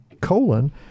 colon